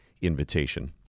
invitation